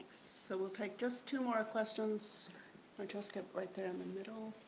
so we'll take just two more questions or just kept right there in the middle.